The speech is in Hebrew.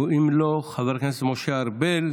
אם לא, חבר הכנסת משה ארבל.